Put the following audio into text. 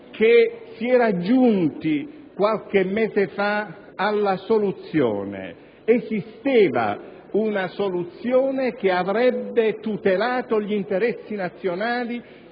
che si era giunti qualche mese fa alla soluzione. Esisteva una soluzione che avrebbe tutelato gli interessi nazionali,